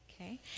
Okay